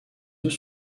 œufs